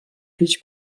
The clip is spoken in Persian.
هیچ